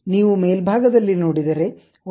ನೀವು ಮೇಲ್ಭಾಗದಲ್ಲಿ ನೋಡಿದರೆ ಒಂದು ಬಟನ್ ಇದೆ